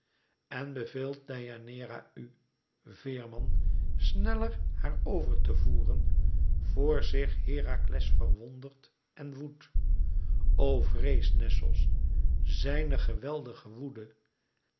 en beveelt deianeira u veerman sneller haar over te voeren vor zich herakles verwondert en woedt o vrees nessos zijne geweldige woede